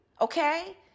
Okay